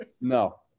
No